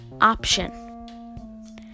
option